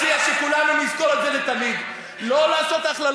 ולכן אני מציע שכולנו נזכור את זה לתמיד: לא לעשות הכללות.